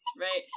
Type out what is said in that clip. Right